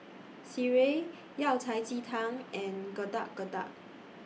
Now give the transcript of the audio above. Sireh Yao Cai Ji Tang and Getuk Getuk